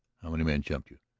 how many men jumped you?